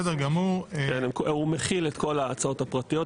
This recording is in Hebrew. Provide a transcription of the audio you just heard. החוק הממשלתי מכיל את כל ההצעות הפרטיות.